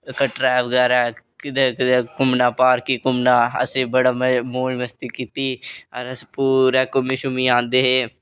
कटरै बगैरा कुदै कुदै घुम्मना पार्क घुम्मना असें पूरी मौज़ मस्ती कीती दी असें पूरे घुम्मी घामियै आंदे हे